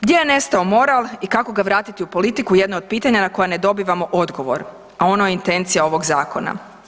Gdje je nestao moral i kako ga vratiti u politiku, jedno je od pitanja na koja ne dobivamo odgovor, a ono je intencija ovog zakona.